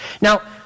Now